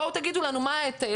בואו תגידו לנו מה ההיטל.